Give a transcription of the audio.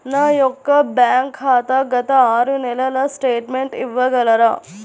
నా యొక్క బ్యాంక్ ఖాతా గత ఆరు నెలల స్టేట్మెంట్ ఇవ్వగలరా?